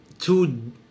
Two